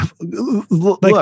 look